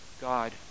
God